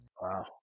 Wow